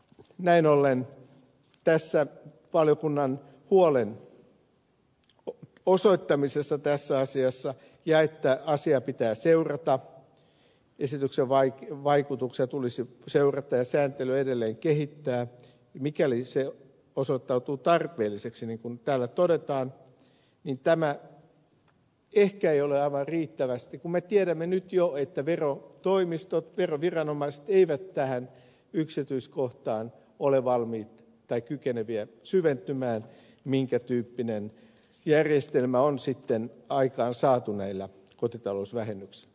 näin ollen valiokunnan huolen osoittaminen tässä asiassa esityksen vaikutuksia tulisi seurata ja sääntelyä edelleen kehittää jos se osoittautuu tarpeelliseksi niin kuin täällä todetaan tämä ehkä ei ole aivan riittävä kun me tiedämme nyt jo että verotoimistot veroviranomaiset eivät tähän yksityiskohtaan ole valmiita tai kykeneviä syventymään minkä tyyppinen järjestelmä on sitten aikaansaatu näillä kotitalousvähennyksillä